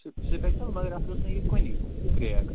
سہِ سِپٮ۪کٹَل مگر اَتھ اوس نہٕ یہِ کُنی کرٛیک